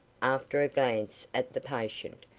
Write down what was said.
after a glance at the patient,